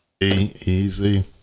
Easy